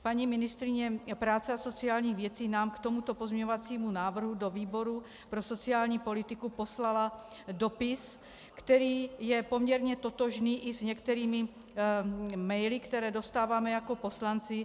Paní ministryně práce a sociálních věcí nám k tomuto pozměňovacímu návrhu do výboru pro sociální politiku poslala dopis, který je poměrně totožný i s některými maily, které dostáváme jako poslanci.